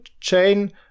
chain